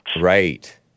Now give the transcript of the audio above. Right